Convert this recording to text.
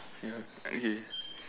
ya okay